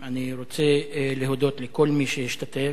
אני רוצה להודות לכל מי שהשתתף,